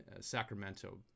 Sacramento